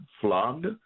flogged